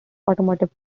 automotive